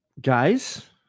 guys